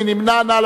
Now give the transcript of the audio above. מי נמנע?